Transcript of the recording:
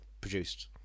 produced